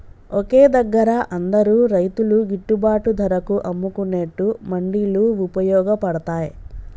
ఒకే దగ్గర అందరు రైతులు గిట్టుబాటు ధరకు అమ్ముకునేట్టు మండీలు వుపయోగ పడ్తాయ్